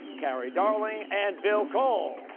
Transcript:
kari darling and bill cole.